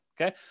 Okay